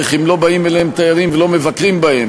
אם לא באים אליהם תיירים ולא מבקרים בהם.